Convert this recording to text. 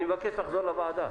אני מבקש לחזור לוועדה,